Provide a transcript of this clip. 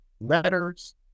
letters